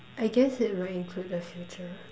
I guess it will include the future